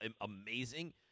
amazing